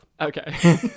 Okay